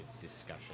discussion